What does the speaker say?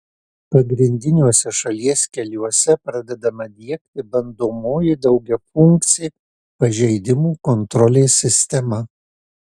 pagrindiniuose šalies keliuose pradedama diegti bandomoji daugiafunkcė pažeidimų kontrolės sistema